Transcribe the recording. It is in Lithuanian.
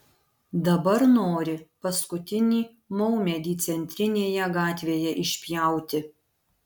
dabar nori paskutinį maumedį centrinėje gatvėje išpjauti